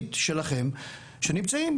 המקצועית שלכם שנמצאים,